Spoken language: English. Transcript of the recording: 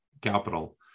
Capital